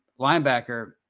linebacker